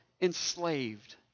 enslaved